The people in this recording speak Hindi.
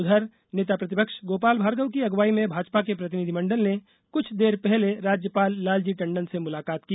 उधर नेता प्रतिपक्ष गोपाल भार्गव की अगुवाई में भाजपा के प्रतिनिधि मंडल ने कुछ देर पहले राज्यपाल लालजी टंडन से मुलाकात की